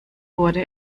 wurde